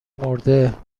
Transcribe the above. مرده